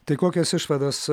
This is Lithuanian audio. tai kokias išvadas